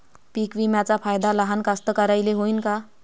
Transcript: पीक विम्याचा फायदा लहान कास्तकाराइले होईन का?